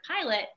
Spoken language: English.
pilot